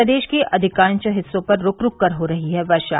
प्रदेश के अधिकांश स्थानों पर रूक रूक कर हो रही है वर्षा